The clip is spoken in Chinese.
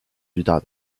巨大